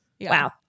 Wow